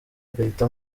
agahita